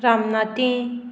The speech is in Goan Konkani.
रामनाथी